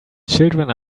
children